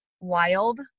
wild